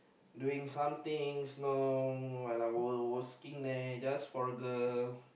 doing something you know when I was was working there just for a girl